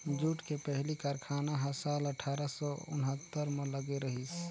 jute के पहिली कारखाना ह साल अठारा सौ उन्हत्तर म लगे रहिस